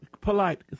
polite